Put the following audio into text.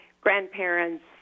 grandparents